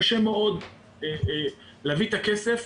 קשה מאוד להביא את הכסף.